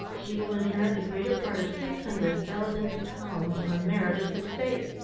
she will inherit the greater part of six hundred thousand pounds from meredith's estate.